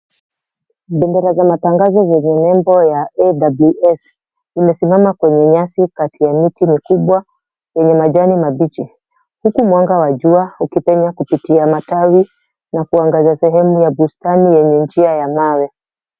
Bendera za matangazo zenye nembo ya AWS vimesimama kwenye nyasi kati ya miti mikubwa yenye majani mabichi huku mwanga wa jua ukipenya kupitia matawi na kuangaza sehemu ya bustani yenye njia ya mawe.